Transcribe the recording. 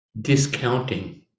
discounting